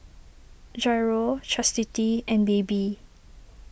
Jairo Chastity and Baby